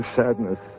sadness